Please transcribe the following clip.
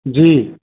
जी